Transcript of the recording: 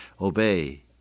obey